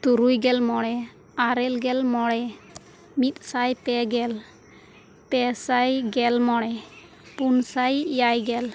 ᱛᱩᱨᱩᱭ ᱜᱮᱞ ᱢᱚᱬᱮ ᱟᱨᱮᱞ ᱜᱮᱞ ᱢᱚᱬᱮ ᱢᱤᱫ ᱥᱟᱭ ᱯᱮᱜᱮᱞ ᱯᱮᱥᱟᱭ ᱜᱮᱞ ᱢᱚᱬᱮ ᱯᱩᱱ ᱥᱟᱭ ᱮᱭᱟᱭ ᱜᱮᱞ